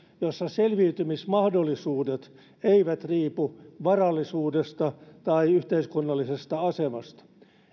jossa selviytymismahdollisuudet eivät riipu varallisuudesta tai yhteiskunnallisesta asemasta